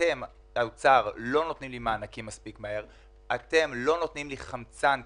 אתם לא נותנים לי חמצן כלכלי,